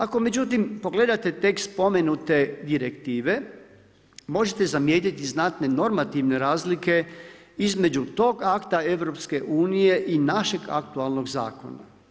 Ako međutim pogledate tek spomenute direktive, možete zamijetiti znatne normativne razlike između tog akta EU i našeg aktualnog zakona.